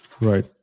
Right